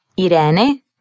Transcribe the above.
Irene